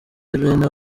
bene